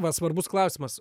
va svarbus klausimas